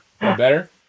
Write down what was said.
better